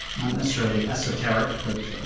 necessarily esoteric, but